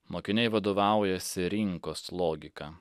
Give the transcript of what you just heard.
mokiniai vadovaujasi rinkos logika